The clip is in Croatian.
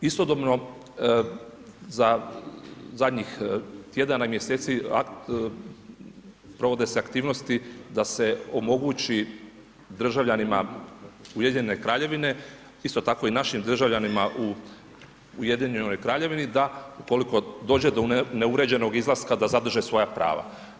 Istodobno za zadnjih tjedana i mjeseci provode se aktivnosti da se omogući državljanima Ujedinjene Kraljevine isto tako i našim državljanima u Ujedinjenoj Kraljevini da ukoliko dođe do neuređenog izlaska da zadrže svoja prava.